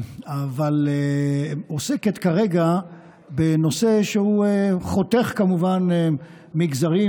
אבל היא עוסקת כרגע בנושא שהוא חותך כמובן מגזרים,